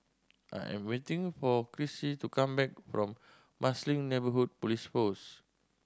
I am waiting for Krissy to come back from Marsiling Neighbourhood Police Post